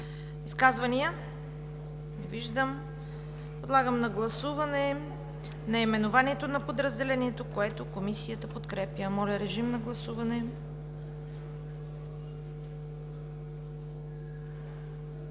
Изказвания? Не виждам. Подлагам на гласуване наименованието на подразделението, което Комисията подкрепя. Гласували